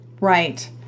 right